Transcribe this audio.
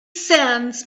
sands